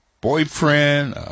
boyfriend